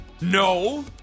No